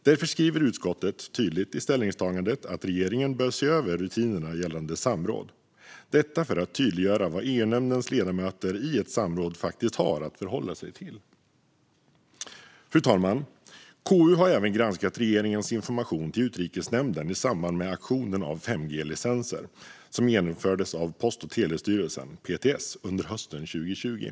Därför skriver utskottet tydligt i ställningstagandet att regeringen bör se över rutinerna gällande samråd - detta för att tydliggöra vad EU-nämndens ledamöter i ett samråd faktiskt har att förhålla sig till. Fru talman! KU har även granskat regeringens information till Utrikesnämnden i samband med auktionen av 5G-licenser som genomfördes av Post och telestyrelsen, PTS, under hösten 2020.